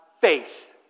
faith